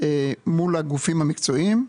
מול הגופים המקצועיים,